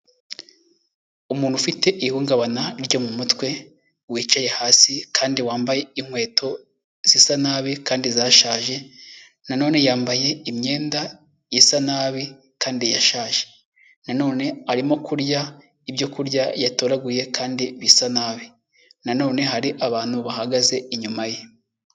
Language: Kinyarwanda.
Umuntu ufite ihungabana ryo mu mutwe, wicaye hasi kandi wambaye inkweto zisa nabi kandi zashaje, nanone yambaye imyenda isa nabi kandi yashaje, nanone arimo kurya ibyokurya yatoraguye kandi bisa nabi, nanone hari abantu bahagaze inyuma ye.